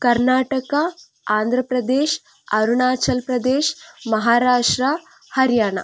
Karnataka Andhra Pradesh Arunachal Pradesh Maharashtra Haryana